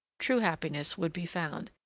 true happiness would be found,